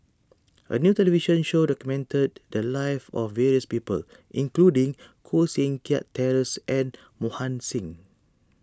a new television show documented the lives of various people including Koh Seng Kiat Terence and Mohan Singh